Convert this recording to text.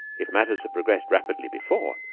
if matters had progressed rapidly before,